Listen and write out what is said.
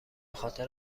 خاطر